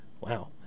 Wow